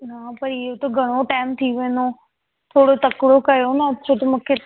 न भई इहो त घणो टाइम थी वेंदो थोरो तकिड़ो कयो न छो जो मूंखे